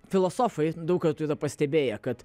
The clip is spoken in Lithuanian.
filosofai daug kartų yra pastebėję kad